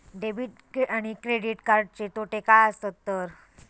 Debit आणि credit कार्डचे तोटे काय आसत तर?